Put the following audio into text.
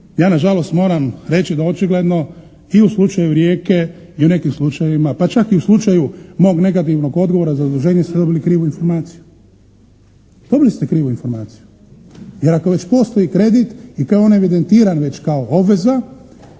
ja nažalost moram reći da očigledno i u slučaju Rijeke i u nekim slučajevima, pa čak i u slučaju mog negativnog odgovora za zaduženje ste dobili krivu informaciju. Dobili ste krivu informaciju, jer ako već postoji kredit i ako je on evidentiran već kao obveza